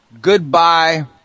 Goodbye